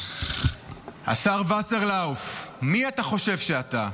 השר וסרלאוף, מי אתה חושב שאתה?